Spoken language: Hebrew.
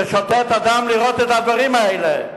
זה, שותת הדם לראות את הדברים האלה.